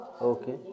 Okay